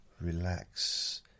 relax